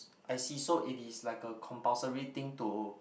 I see so it is like a compulsory thing to